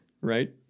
Right